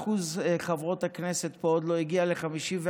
אחוז חברות הכנסת עוד לא הגיע ל-51%,